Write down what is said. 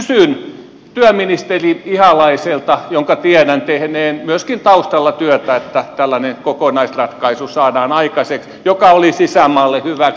kysyn työministeri ihalaiselta jonka tiedän tehneen myöskin taustalla työtä että saadaan aikaiseksi tällainen kokonaisratkaisu joka olisi isänmaalle hyväksi